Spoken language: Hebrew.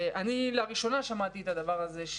לראשונה שמעתי את הדבר הזה,